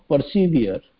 persevere